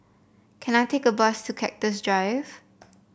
can I take a bus to Cactus Drive